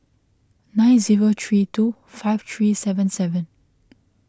nine zero three two five three seven seven